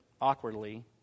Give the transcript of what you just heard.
awkwardly